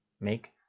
Make